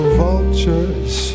vultures